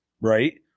Right